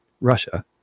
Russia